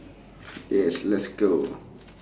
yes let's go